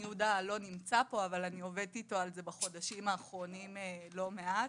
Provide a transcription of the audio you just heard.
יהודה לא נמצא פה אבל אני עובדת איתו על זה בחודשים האחרונים לא מעט,